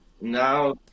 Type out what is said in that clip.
now